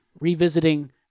revisiting